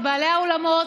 את בעלי האולמות,